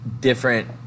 different